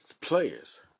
players